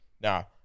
Now